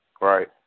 right